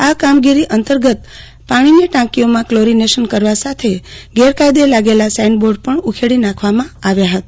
આ કામગીર અંતર્ગત પાણીની ટાંકીઓમાં કલોરીનેશન કરવા સાથે ગેરકાયદે લાગેલા સૃાઇનબોર્ડ પણ ઉખેડી નાખવામાં આવ્યા ફતા